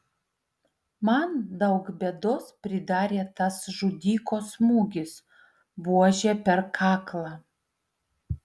man daug bėdos pridarė tas žudiko smūgis buože per kaklą